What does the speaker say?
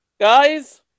guys